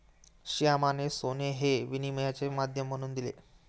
श्यामाने सोने हे विनिमयाचे माध्यम म्हणून दिले